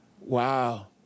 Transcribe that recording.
Wow